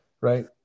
right